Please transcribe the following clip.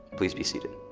please be seated.